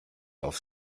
auf